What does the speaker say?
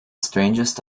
strangest